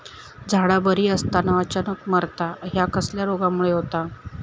झाडा बरी असताना अचानक मरता हया कसल्या रोगामुळे होता?